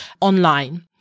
online